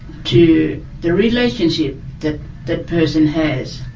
to the relationship that that person has,